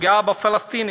הפגיעה בפלסטינים.